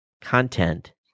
content